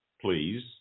please